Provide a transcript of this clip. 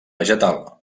vegetal